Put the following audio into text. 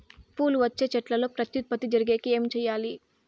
పూలు వచ్చే చెట్లల్లో ప్రత్యుత్పత్తి జరిగేకి ఏమి చేయాలి?